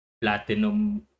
platinum